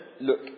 look